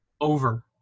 over